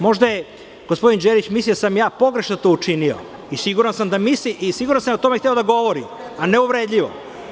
Možda je gospodin Đelić mislio da sam to pogrešno učinio i siguran sam da misli i siguran sam da je o tome hteo da govori, a ne uvredljivo.